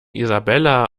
isabella